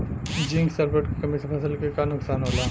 Zinc sulphate के कमी से फसल के का नुकसान होला?